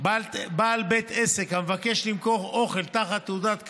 בעל בית עסק המבקש למכור אוכל תחת תעודת כשרות,